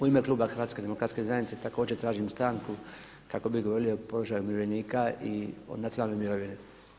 U ime kluba Hrvatske demokratske zajednice također tražim stanku kako bih govorio o položaju umirovljenika i o nacionalnoj mirovini.